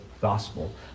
gospel